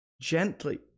gently